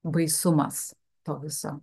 baisumas to viso